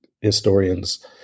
historians